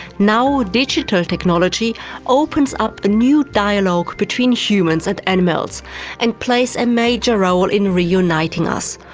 now digital technology opens up a new dialogue between humans and animals and plays a major role in re-uniting us.